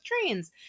trains